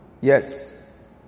Yes